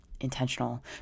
intentional